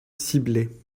ciblée